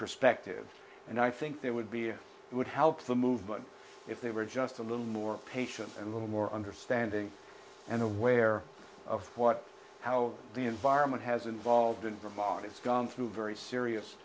perspective and i think they would be it would help the movement if they were just a little more patient and a little more understanding and aware of what how the environment has involved in vermont it's gone through very serious